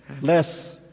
less